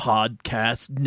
Podcast